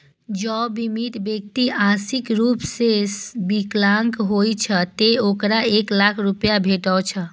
जौं बीमित व्यक्ति आंशिक रूप सं विकलांग होइ छै, ते ओकरा एक लाख रुपैया भेटै छै